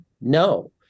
No